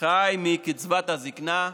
חי מקצבת הזקנה,